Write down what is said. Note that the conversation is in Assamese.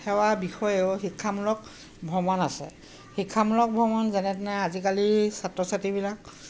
সেৱা বিষয়েও শিক্ষামূলক ভ্ৰমণ আছে শিক্ষামূলক ভ্ৰমণ যেনে তেনে আজিকালি ছাত্ৰ ছাত্ৰীবিলাক